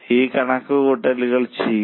ഈ കണക്കുകൂട്ടൽ ചെയ്യുക